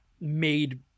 made